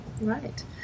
Right